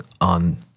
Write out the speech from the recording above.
on